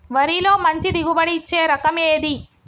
వరిలో మంచి దిగుబడి ఇచ్చే రకం ఏది?